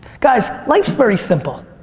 guys, life's very simple.